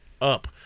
up